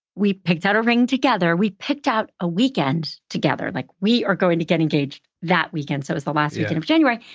we picked out a ring together. we picked out a weekend together, like, we are going to get engaged that weekend. so it was the last weekend of january.